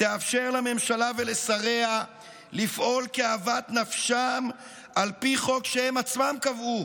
יאפשר לממשלה ולשריה לפעול כאוות נפשם על פי חוק שהם עצמם קבעו,